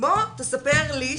בוא תספר לי.